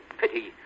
Pity